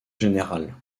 général